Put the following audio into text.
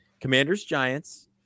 Commanders-Giants